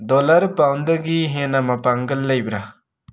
dollar ꯄꯥꯎꯟꯗꯒꯤ ꯍꯦꯟꯅ ꯃꯄꯥꯡꯒꯜ ꯂꯩꯕꯔꯥ